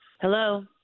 Hello